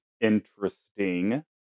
interesting